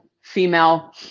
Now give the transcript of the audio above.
female